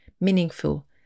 meaningful